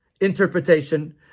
interpretation